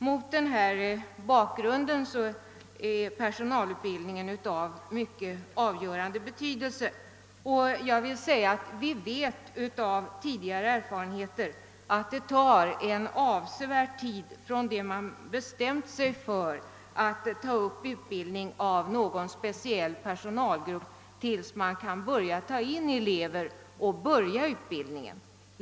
Mot denna bakgrund är personalutbildningen av avgörande betydelse. Vi vet av tidigare erfarenheter att det tar en avsevärd tid från det man har bestämt sig för att starta utbildning av någon speciell personalgrupp tills man kan börja ta in elever och verkligen börja utbildningen.